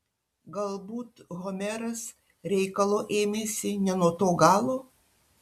galbūt homeras reikalo ėmėsi ne nuo to galo